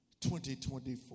2024